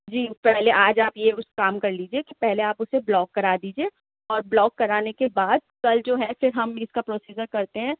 جی پہلے آج آپ یہ اُس کام کر لیجیے کہ پہلے آپ اُسے بلاک کرا دیجیے اور بلاک کرانے کے بعد کل جو ہے پھر ہم اِس کا پروسیزر کرتے ہیں